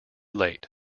late